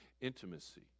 Intimacy